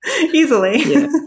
Easily